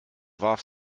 warf